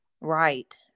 right